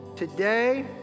Today